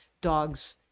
dogs